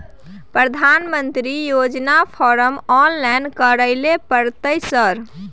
प्रधानमंत्री योजना form online करैले परतै सर?